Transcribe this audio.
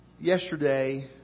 Yesterday